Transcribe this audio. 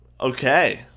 Okay